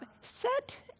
Set